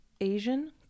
Asian